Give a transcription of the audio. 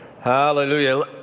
Hallelujah